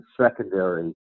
secondary